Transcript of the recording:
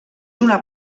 una